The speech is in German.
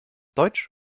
deutsch